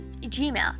Gmail